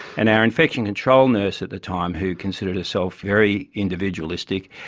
and our infection control nurse at the time who considered herself very individualistic,